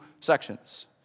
sections